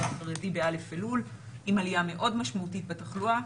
החרדי ב-א' באלול עם העלייה מאוד משמעותית בתחלואה.